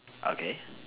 okay